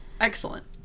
Excellent